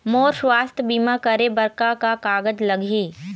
मोर स्वस्थ बीमा करे बर का का कागज लगही?